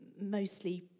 mostly